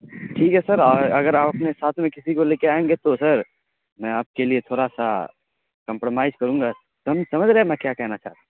ٹھیک ہے سر اور اگر آپ اپنے ساتھ میں کسی کو لے کے آئیں گے تو سر میں آپ کے لیے تھوڑا سا کامپرومائز کروں گا سمجھ رہے ہیں میں کیا کہنا چاہ رہا ہوں